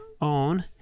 own